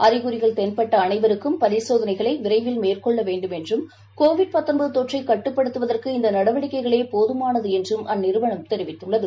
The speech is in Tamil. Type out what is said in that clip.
அறிகுறிகள் தென்பட்டஅனைவருக்கும் பரிசோதனைகளைவிரைவில் மேற்கொள்ளவேண்டும் என்றுகோவிட் தொற்றைக் கட்டுப்படுத்துவதற்கு இந்தநடவடிக்கைகளேபோதமானதுஎன்றும் அந்நிறுவனம் தெரிவித்துள்ளது